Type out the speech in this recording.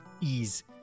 Ease